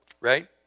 right